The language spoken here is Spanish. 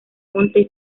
monte